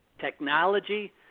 technology